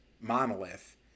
monolith